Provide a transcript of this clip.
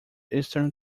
eastern